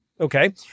okay